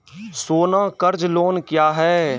सोना कर्ज लोन क्या हैं?